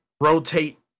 rotate